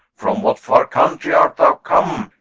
from what far country art thou come,